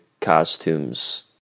costumes